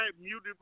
muted